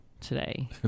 today